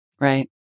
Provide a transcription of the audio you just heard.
Right